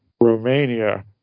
Romania